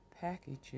packages